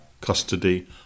custody